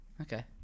Okay